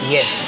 Yes